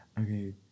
Okay